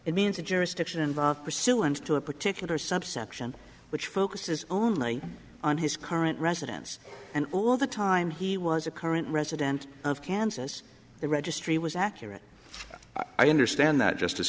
it means a jurisdiction and pursuant to a particular subsection which focuses only on his current residence and all the time he was a current resident of kansas the registry was accurate i understand that justice